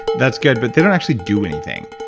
that's good but they don't actually do anything.